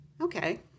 Okay